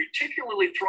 particularly